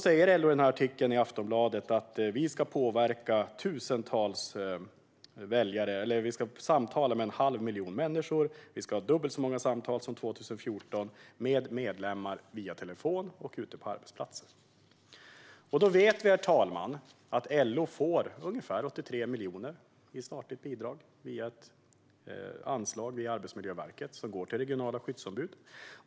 I artikeln från Aftonbladet säger LO vidare att man ska "genomföra en halv miljon samtal, dubbelt så många som 2014, med medlemmar via telefon och ute på arbetsplatser". Herr talman! Vi vet att LO får ungefär 83 miljoner i statligt bidrag. De får det via ett anslag från Arbetsmiljöverket som går till regionala skyddsombud.